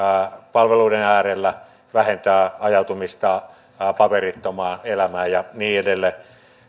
palveluiden äärellä vähentämään ajautumista paperittomaan elämään ja niin edelleen